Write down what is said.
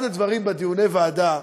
אחד הדברים בדיוני הוועדה,